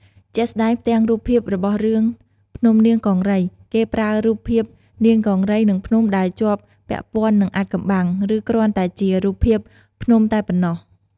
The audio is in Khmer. ជាក់ស្ដែង ផ្ទាំងរូបភាពរបស់រឿង 'ភ្នំនាងកង្រី' គេប្រើរូបភាពនាងកង្រី និងភ្នំដែលជាប់ពាក់ព័ន្ធនឹងអាថ៌កំបាំង ឬគ្រាន់តែជារូបភាពភ្នំតែប៉ុណ្ណោះ។